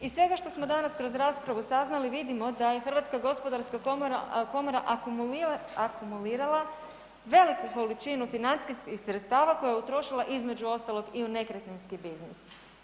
Iz svega što smo danas kroz raspravu saznali vidimo da je HGK akumulirala veliku količinu financijskih sredstava koje je utrošila između ostalog i u nekretninski biznis.